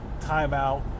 Timeout